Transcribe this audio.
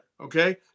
okay